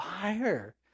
fire